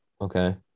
okay